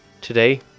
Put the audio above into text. Today